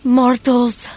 mortals